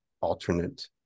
alternate